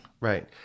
Right